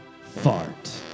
Fart